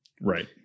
Right